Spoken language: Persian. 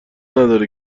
نداره